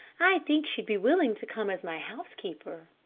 i think she'd be willing to come as my housekeeper.